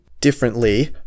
differently